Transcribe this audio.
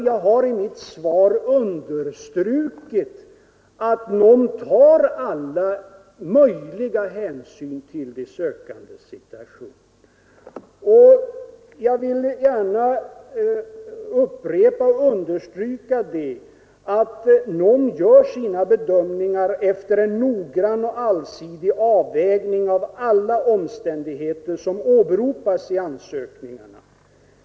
Jag har i mitt svar understrukit att NOM tar all möjlig hänsyn till de sökandes situation. Jag vill gärna upprepa att NOM gör sina bedömningar efter en noggrann och allsidig avvägning av alla omständigheter som åberopas i ansökningarna.